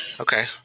Okay